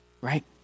right